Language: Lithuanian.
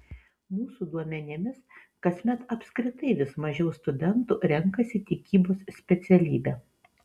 mūsų duomenimis kasmet apskritai vis mažiau studentų renkasi tikybos specialybę